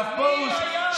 הרב פרוש,